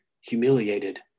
humiliated